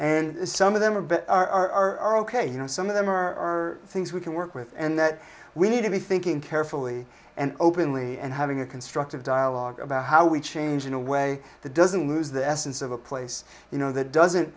and some of them a bit are ok you know some of them are things we can work with and that we need to be thinking carefully and openly and having a constructive dialogue about how we change in a way that doesn't lose the essence of a place you know that doesn't